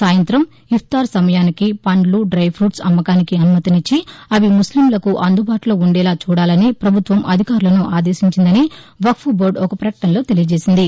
సాయంతం ఇఫ్తార్ సమయానికి పండ్లు డై పూట్స్ అమ్మకానికి అనుమతినిచ్చి అవి ముస్లింలకు అందుబాటులో ఉండేలా చూడాలని పభుత్వం అధికారులను ఆదేశించిందని వక్ప్ బోర్డు ఒక పకటనలో తెలిపింది